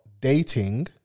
dating